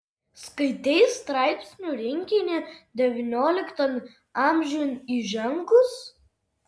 skaitei straipsnių rinkinį devynioliktan amžiun įžengus